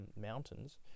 mountains